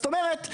זאת אומרת,